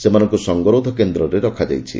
ସେମାନଙ୍କୁ ସଙ୍ଗରୋଧ କେଦ୍ରରେ ରଖାଯାଇଛି